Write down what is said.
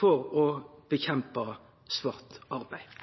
for å kjempe mot svart arbeid.